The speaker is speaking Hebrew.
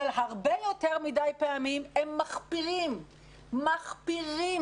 הרבה יותר מדי פעמים הם מחפירים, מחפירים.